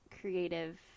creative